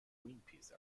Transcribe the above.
greenpeace